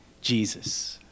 Jesus